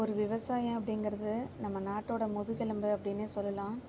ஒரு விவசாயம் அப்படிங்கிறது நம்ம நாட்டோடய முதுகெலும்பு அப்படினே சொல்லலாம்